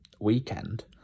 weekend